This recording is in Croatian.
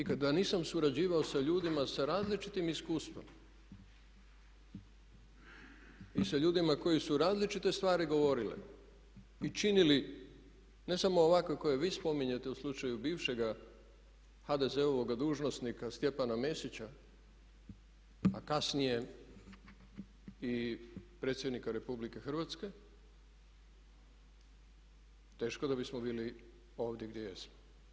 I kada nisam surađivao sa ljudima sa različitim iskustvom i sa ljudima koji su različite stvari govorili i činili ne samo ovakve koje vi spominjete u slučaju bivšega HDZ-ova dužnosnika Stjepana Mesića a kasnije i predsjednika RH teško da bismo bili ovdje gdje jesmo.